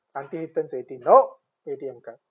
until he turns eighteen no A_T_M card